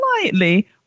slightly